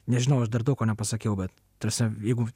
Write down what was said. nežinau aš dar daug ko nepasakiau bet ta prasme jeigu